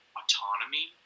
autonomy